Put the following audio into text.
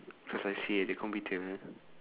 cause I see at the computer